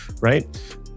right